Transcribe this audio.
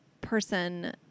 person